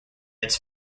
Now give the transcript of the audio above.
its